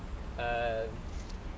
err